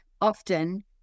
often